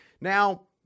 now